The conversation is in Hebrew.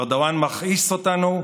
ארדואן מכעיס אותנו,